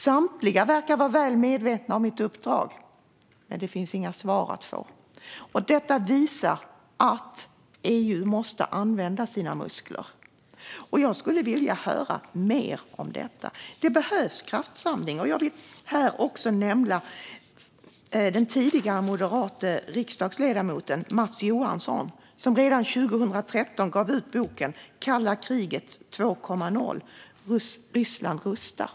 Samtliga verkar vara väl medvetna om mitt uppdrag, men det finns inga svar att få. Det visar att EU måste använda sina muskler. Jag skulle vilja höra mer om detta. Det behövs en kraftsamling. Jag vill här nämna den tidigare moderate riksdagsledamoten Mats Johansson, som redan 2013 gav ut boken Kalla kriget 2.0 - Ryssland rustar .